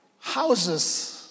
houses